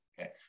okay